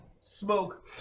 smoke